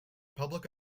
public